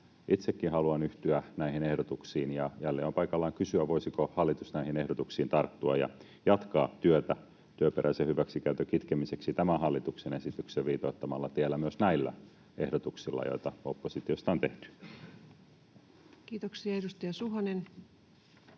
Itsekin haluan yhtyä näihin ehdotuksiin, ja jälleen on paikallaan kysyä, voisiko hallitus näihin ehdotuksiin tarttua ja jatkaa työtä työperäisen hyväksikäytön kitkemiseksi tämän hallituksen esityksen viitoittamalla tiellä myös näillä ehdotuksilla, joita oppositiosta on tehty. [Speech 132] Speaker: